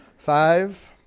Five